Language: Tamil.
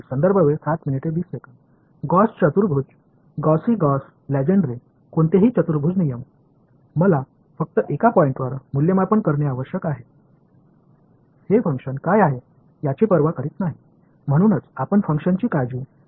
அவ்வாறு செய்வதன் மூலம் உண்மையான தீர்வு சைனூசாய்டலாக இருந்தால் கேப்பிடல் N இன் ஒரு சிறிய மதிப்புடன் நான் போய்விடுவேன்